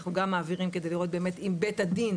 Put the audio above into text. אנחנו גם מעבירים כדי לראות באמת אם בית הדין